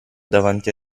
davanti